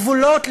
הגבולות,